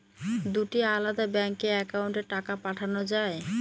দুটি আলাদা ব্যাংকে অ্যাকাউন্টের টাকা পাঠানো য়ায়?